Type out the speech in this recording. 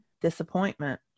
disappointment